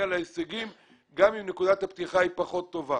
להישגים גם אם נקודת הפתיחה היא פחות טובה.